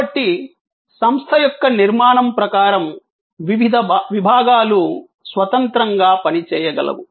కాబట్టి సంస్థ యొక్క నిర్మాణం ప్రకారం వివిధ విభాగాలు స్వతంత్రంగా పనిచేయగలవు